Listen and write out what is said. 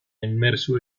inmerso